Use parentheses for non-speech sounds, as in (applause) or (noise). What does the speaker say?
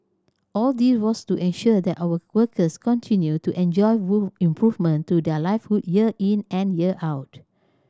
all this was to ensure that our workers continued to enjoy (unintelligible) improvement to their livelihood year in and year out